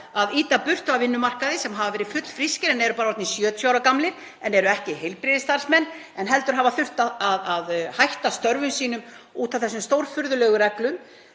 að ýta burt af vinnumarkaði, einstaklingar sem hafa verið fullfrískir en eru orðnir 70 ára gamlir en eru ekki heilbrigðisstarfsmenn heldur hafa þurft að hætta störfum út af þessum stórfurðulegu reglum.